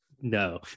no